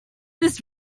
this